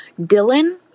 Dylan